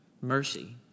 mercy